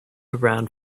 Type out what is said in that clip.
around